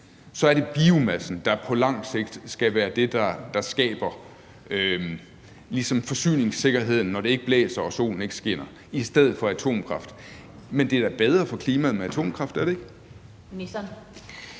så er det biomassen, der på lang sigt skal være det, der skaber forsyningssikkerheden, når det ikke blæser og solen ikke skinner, i stedet for atomkraft. Men er det ikke bedre for klimaet med atomkraft? Kl. 16:30